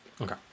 Okay